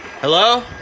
Hello